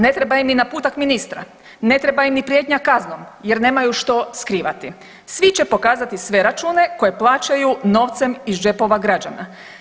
Ne treba im ni naputak ministra, ne treba im ni prijetnja kaznom jer nemaju što skrivati svi će pokazati sve račune koje plaćaju novcem iz džepova građana.